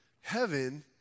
heaven